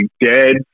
dead